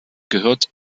gehört